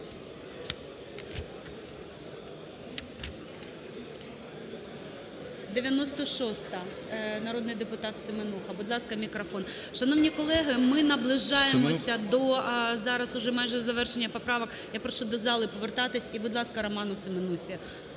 96-а, народний депутат Семенуха. Будь ласка, мікрофон. Шановні колеги, ми наближаємося до зараз уже майже завершення поправок, я прошу до зали повертатись. І, будь ласка, Роману Семенусі